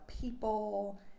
people